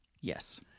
Yes